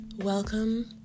Welcome